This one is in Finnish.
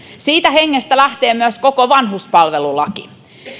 siitä hengestä lähtee myös koko vanhuspalvelulaki